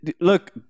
look